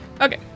Okay